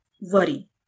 worry